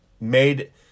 Made